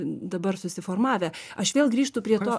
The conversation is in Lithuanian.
dabar susiformavę aš vėl grįžtu prie to